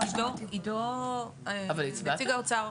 עידו, נציג האוצר.